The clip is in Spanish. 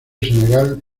senegal